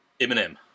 Eminem